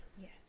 Yes